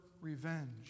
revenge